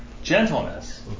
Gentleness